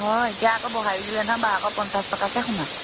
হয় এতিয়া আকৌ বঢ়ায়ো দিলে নহয় বাৰশ পঞ্চাছ টকাকৈ সোমায়